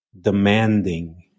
demanding